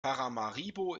paramaribo